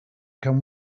can